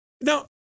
Now